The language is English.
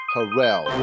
Harrell